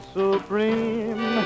supreme